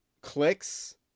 clicks